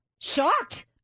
shocked